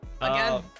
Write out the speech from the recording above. Again